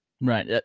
Right